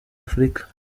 afurika